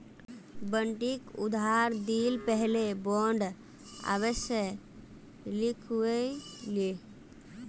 बंटिक उधार दि ल पहले बॉन्ड अवश्य लिखवइ ले